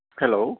hello